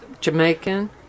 Jamaican